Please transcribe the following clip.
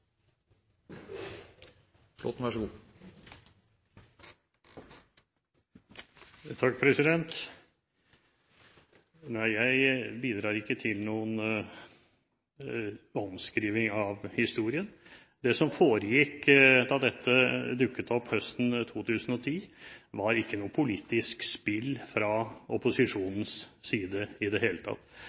som foregikk da dette dukket opp høsten 2010, var ikke noe politisk spill fra opposisjonens side i det hele tatt.